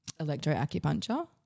electroacupuncture